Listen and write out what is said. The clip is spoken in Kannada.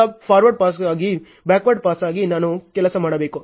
ಆದ್ದರಿಂದ ಫಾರ್ವರ್ಡ್ ಪಾಸ್ಗಾಗಿ ಬ್ಯಾಕ್ವರ್ಡ್ ಪಾಸ್ಗಾಗಿ ನಾನು ಕೆಲಸ ಮಾಡಬೇಕು